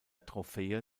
trophäe